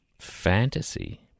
Fantasy